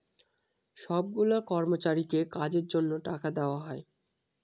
সব গুলা কর্মচারীকে কাজের জন্য টাকা দেওয়া হয়